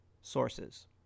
sources